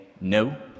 no